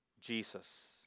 Jesus